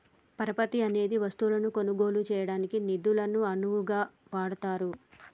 పరపతి అనేది వస్తువులను కొనుగోలు చేయడానికి నిధులను అరువుగా వాడతారు